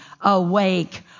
awake